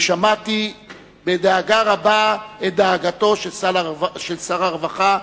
ושמעתי בדאגה רבה את דאגתו של שר הרווחה,